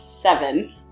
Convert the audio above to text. seven